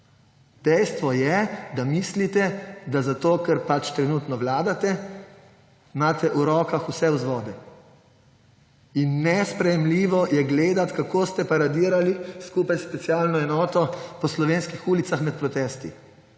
Dejstvo je, da mislite, da zato ker pač trenutno vladate, imate v rokah vse vzvode. Nesprejemljivo je gledati, kako ste paradirali skupaj s specialno enoto po slovenskih ulicah med protesti.